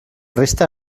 resta